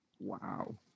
Wow